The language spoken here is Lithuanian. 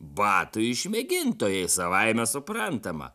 batų išmėgintojai savaime suprantama